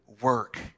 work